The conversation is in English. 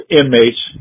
inmates